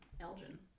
Elgin